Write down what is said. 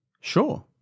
Sure